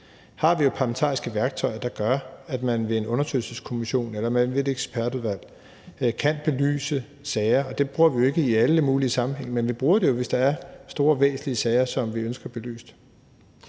vi jo parlamentariske værktøjer, der gør, at man ved en undersøgelseskommission eller ved et ekspertudvalg kan belyse sager, og det bruger vi jo ikke i alle mulige sammenhænge, men vi bruger det jo, hvis der er store, væsentlige sager, som vi ønsker belyst.